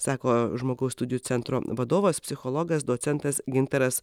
sako žmogaus studijų centro vadovas psichologas docentas gintaras